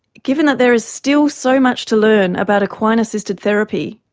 given that there is still so much to learn about equine assisted therapy,